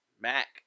Mac